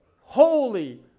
holy